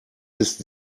ist